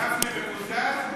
גפני מקוזז?